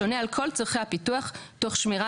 שעונה על כל צרכי הפיתוח תוך שמירה